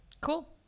cool